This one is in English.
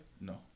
No